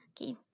Okay